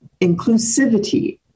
inclusivity